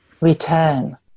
return